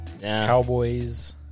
Cowboys